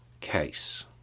case